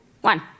One